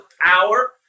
power